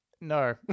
No